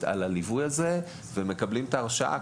על הליווי הזה ובכל זאת מקבלים את ההרשאה.